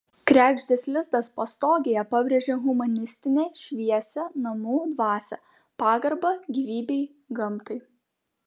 kregždės lizdas pastogėje pabrėžia humanistinę šviesią namų dvasią pagarbą gyvybei gamtai